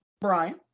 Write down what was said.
Brian